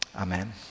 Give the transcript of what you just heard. amen